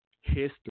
history